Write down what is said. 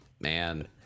man